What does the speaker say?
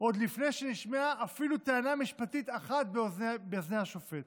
עוד לפני שנשמעה אפילו טענה משפטית אחת באוזני השופט.